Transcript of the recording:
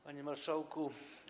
Panie Marszałku!